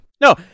no